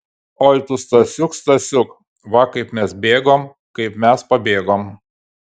oi tu stasiuk stasiuk va kaip mes bėgom kaip mes pabėgom